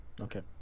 Okay